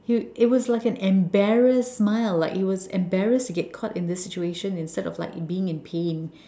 he it was like an embarrassed smile like he was embarrassed to get caught in this situation instead of like being in pain